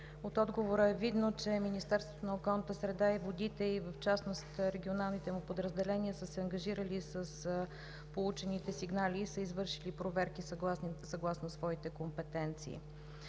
От отговора е видно, че Министерството на околната среда и водите и в частност регионалните му подразделения са се ангажирали с получените сигнали и са извършили проверки съгласно своите компетенции.